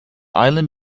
island